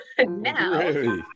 Now